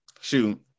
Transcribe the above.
Shoot